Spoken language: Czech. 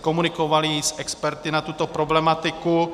Komunikovali jsme i s experty na tuto problematiku.